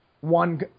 one